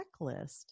checklist